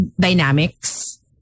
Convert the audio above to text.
dynamics